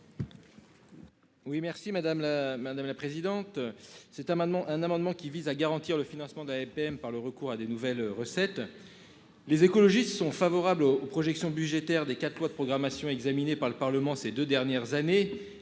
madame la madame la présidente. Cet amendement un amendement qui vise à garantir le financement de la LPM par le recours à des nouvelles recettes. Les écologistes sont favorables aux projections budgétaires des quatre lois de programmation examiné par le Parlement. Ces 2 dernières années,